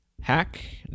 Hack